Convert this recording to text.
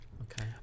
Okay